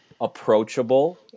approachable